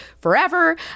forever